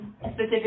specific